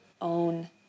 own